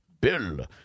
Bill